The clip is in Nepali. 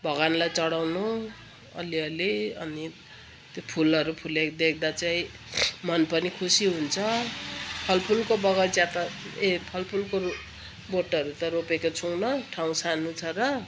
भगवान्लाई चढ़ाउँनु अलिअलि अनि त्यो फुलहरू फुलेको देख्दा चाहिँ मन पनि खुसी हुन्छ फलफुलको बगैँचा त ए फलफुलको बोटहरू त रोपेको छैनौँ ठाउँ सानो छ र